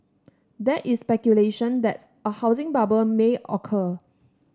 there is speculation that a housing bubble may occur